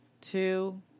Two